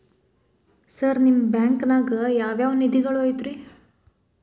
Sir ನಿಮ್ಮ ಬ್ಯಾಂಕನಾಗ ಯಾವ್ ಯಾವ ನಿಧಿಗಳು ಐತ್ರಿ?